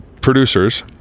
producers